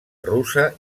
russa